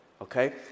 Okay